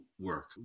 work